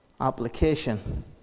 application